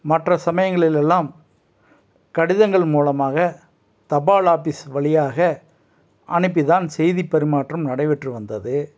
மற்ற சமயங்களில் எல்லாம் கடிதங்கள் மூலமாக தபால் ஆபீஸ் வழியாக அனுப்பி தான் செய்தி பரிமாற்றம் நடைபெற்று வந்தது